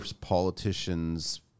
politician's